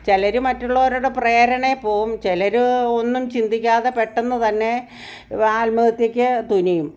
ചിലർ മറ്റുള്ളവരുടെ പ്രേരണയിൽ പോകും ചിലർ ഒന്നും ചിന്തിക്കാതെ പെട്ടെന്ന് തന്നെ ആത്മഹത്യയ്ക്ക് തുനിയും